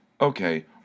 Okay